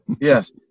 yes